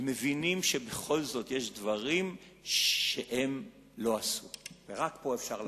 הם מבינים שבכל זאת יש דברים שהם לא עשו ורק פה אפשר לעשות,